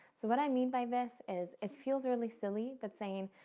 so what i mean by this is it feels really silly, but saying,